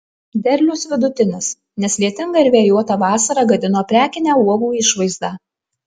derlius vidutinis nes lietinga ir vėjuota vasara gadino prekinę uogų išvaizdą